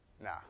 Nah